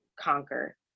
conquer